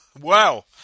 Wow